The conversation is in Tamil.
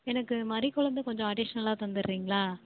எனக்கு மரிக்கொழுந்து கொஞ்சம் அடிஷ்னலாக தந்துடுறீங்களா